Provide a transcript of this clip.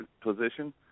position